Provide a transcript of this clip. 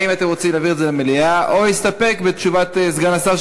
האם אתם רוצים להעביר את זה למליאה או להסתפק בתשובת סגן השר,